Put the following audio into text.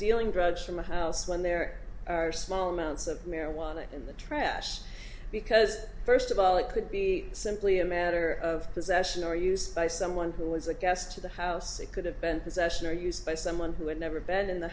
dealing drugs from a house when there are small amounts of marijuana in the trash because first of all it could be simply a matter of possession or use by someone who was a guest to the house it could have been possession or used by someone who had never been in the